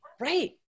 right